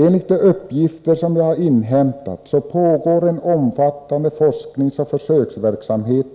Enligt de uppgifter som jag inhämtat pågår en omfattande forskningsoch försöksverksamhet